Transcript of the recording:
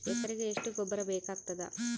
ಎಕರೆಗ ಎಷ್ಟು ಗೊಬ್ಬರ ಬೇಕಾಗತಾದ?